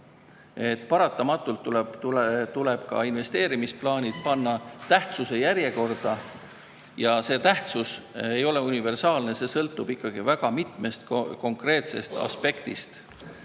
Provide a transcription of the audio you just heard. Paratamatult tuleb ka investeerimisplaanid panna tähtsuse järjekorda. See tähtsus ei ole universaalne, see sõltub väga mitmest konkreetsest aspektist.